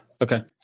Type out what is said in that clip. Okay